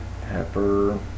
Pepper